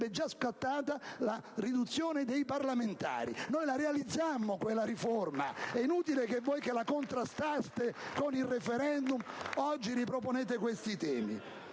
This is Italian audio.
già scattata la riduzione dei parlamentari. Noi realizzammo quella riforma: è inutile che voi, che la contrastaste con il *referendum,* riproponiate oggi questi temi.